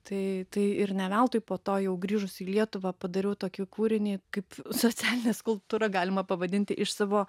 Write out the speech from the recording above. tai tai ir ne veltui po to jau grįžus į lietuvą padariau tokį kūrinį kaip socialinė skulptūra galima pavadinti iš savo